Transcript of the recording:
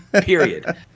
Period